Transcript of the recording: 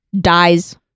Dies